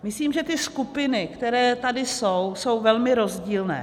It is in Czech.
Myslím, že ty skupiny, které tady jsou, jsou velmi rozdílné.